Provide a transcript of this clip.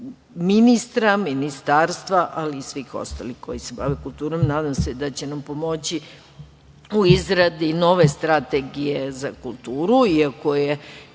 ministra, Ministarstva, ali i svih ostalih koji se bave kulturom. Nadam se da će nam pomoći u izradi nove strategije za kulturu, iako je